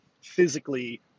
physically